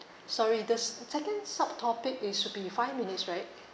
sorry this second sub topic is should be five minutes right